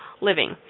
living